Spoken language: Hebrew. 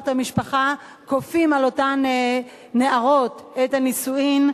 המשפחה אף כופים על אותן נערות את הנישואים,